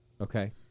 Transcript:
Okay